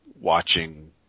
watching